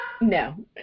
No